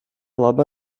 laba